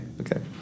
Okay